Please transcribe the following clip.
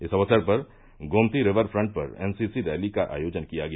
इस अवसर पर गोमती रिवर फ्रंट पर एनसीसी रैली का आयोजन किया गया